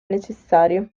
necessario